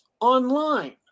online